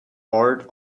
heart